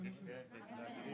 ננעלה